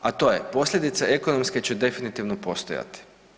A to je, posljedice ekonomske će definitivno postojati.